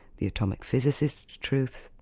the atomic physicist's truth,